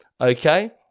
Okay